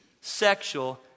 sexual